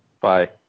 Bye